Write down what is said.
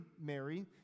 Mary